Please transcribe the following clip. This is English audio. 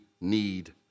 need